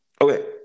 okay